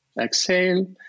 exhale